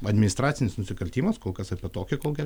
administracinis nusikaltimas kol kas apie tokią kokią